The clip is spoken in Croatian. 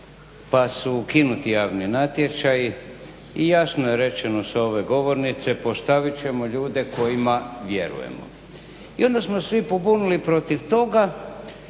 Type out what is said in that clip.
pa su ukinuti javni natječaji i jasno je rečeno sa ove govornice postavit ćemo ljude kojima vjerujemo. I onda smo se svi pobunili protiv toga